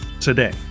today